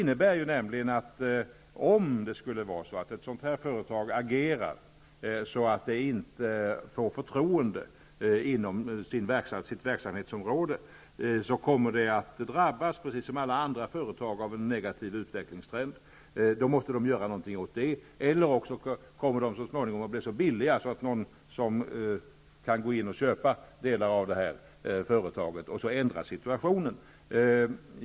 Om ett företag av det här slaget agerar på ett sådant sätt att det inte får förtroende inom sitt verksamhetsområde, kommer företaget precis som alla andra företag att drabbas av en negativ utvecklingstrend. Då måste företaget bättra sig, eller också kommer företaget att bli så billigt att någon går in och köper upp hela eller delar av det. Därmed ändras situationen.